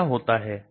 तो क्या होता है